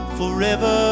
forever